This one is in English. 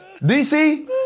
DC